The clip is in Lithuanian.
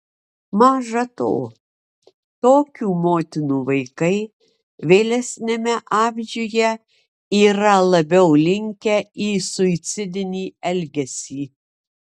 maža to tokių motinų vaikai vėlesniame amžiuje yra labiau linkę į suicidinį elgesį